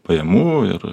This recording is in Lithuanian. pajamų ir